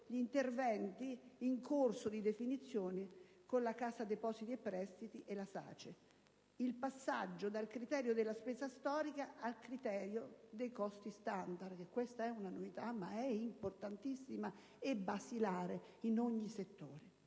interventi in corso di definizione con la Cassa depositi e prestiti e la SACE; il passaggio dal criterio della spesa storica al criterio dei costi standard (novità importantissima e basilare per ogni settore).